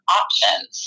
options